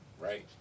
right